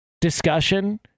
discussion